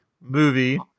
movie